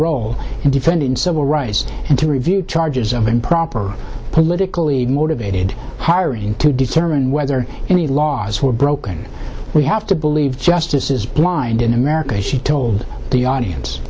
role in defending civil rights and to review charges of improper politically motivated hiring to determine whether any laws were broken we have to believe justice is blind in america she told the audience